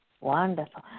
Wonderful